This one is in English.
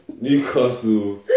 Newcastle